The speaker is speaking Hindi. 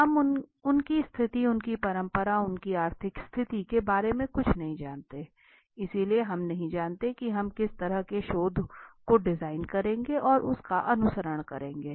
हम उनकी स्थिति उनकी परंपरा उनकी आर्थिक स्थिति के बारे में कुछ नहीं जानते इसलिए हम नहीं जानते कि हम किस तरह के शोध को डिजाइन करेंगे और उसका अनुसरण करेंगे